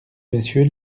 messieurs